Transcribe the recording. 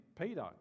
Peter